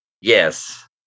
Yes